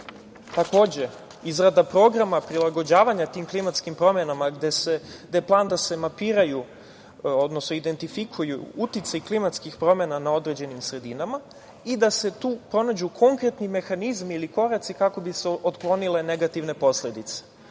takođe izrada programa prilagođavanja tim klimatskim promenama, gde je plan da se mapiraju, odnosno identifikuju uticaj klimatskih promena na određenim sredinama i da se tu pronađu konkretnih mehanizmi, ili koraci, kako bi se otklonile negativne posledice.